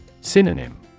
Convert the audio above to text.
Synonym